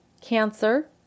cancer